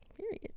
Period